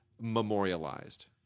memorialized